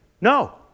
No